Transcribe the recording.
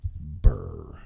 Burr